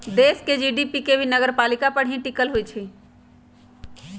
देश के जी.डी.पी भी नगरपालिका पर ही टिकल होई छई